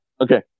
Okay